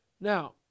Now